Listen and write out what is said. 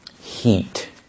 heat